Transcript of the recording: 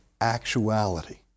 actuality